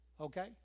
okay